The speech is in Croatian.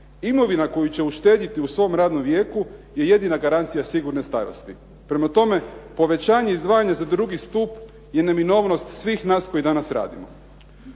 imovina koju će uštediti u svom radnom vijeku je jedina garancija sigurne starosti. Prema tome, povećanje izdvajanja za drugi stup je neminovnost svih nas koji danas radimo.